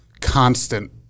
constant